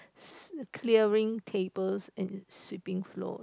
clearing tables and sweeping floors